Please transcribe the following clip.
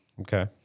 Okay